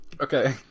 Okay